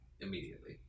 immediately